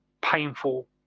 painful